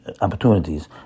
opportunities